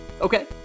okay